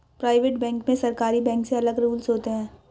private bank में सरकारी bank से अलग रूल्स होते है